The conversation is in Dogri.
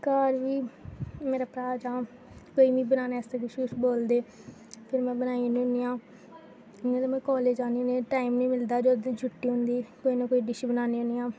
घर बी मेरा भ्राऽ जां कोई मिगी बनाने आस्तै कुछ कुछ बोलदे फिर में बनाई औनी आं इ'यां ते में कॉलेज़ जानी होनी आं टाइम निं मिलदा ते जिस दिन छुट्टी होंदी कोई न कोई डिश बनानी होनी आं